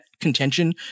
contention